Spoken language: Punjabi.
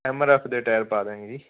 ਐੱਮ ਆਰ ਐੱਫ ਦੇ ਟਾਇਰ ਪਾ ਦਿਆਂਗੇ ਜੀ